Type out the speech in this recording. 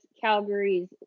Calgary's